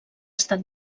estat